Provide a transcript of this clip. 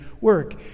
work